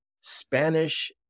Spanish